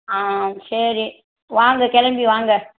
ஆ சரி வாங்க கிளம்பி வாங்க